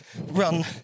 run